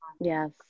yes